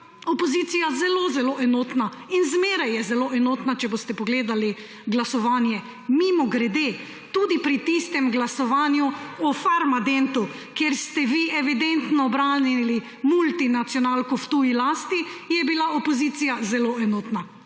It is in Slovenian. opozicija zelo, zelo enotna in zmeraj je zelo enotna, če boste pogledali glasovanje. Mimogrede, tudi pri tistem glasovanju o Farmadentu, kjer ste vi evidentno branili multinacionalko v tuji lasti, je bila opozicija zelo enotna.